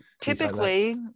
Typically